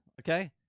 okay